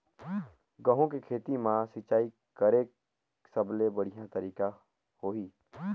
गंहू के खेती मां सिंचाई करेके सबले बढ़िया तरीका होही?